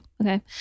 okay